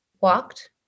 Walked